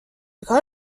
کار